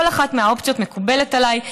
כל אחת מהאופציות מקובלת עליי.